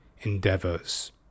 endeavors